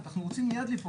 אתה משרת את הציבור.